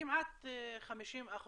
כמעט 50%